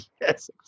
Yes